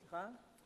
סליחה?